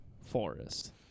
forest